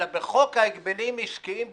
אלא בחוק ההגבלים עסקיים בכללו.